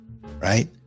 right